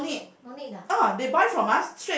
no need ah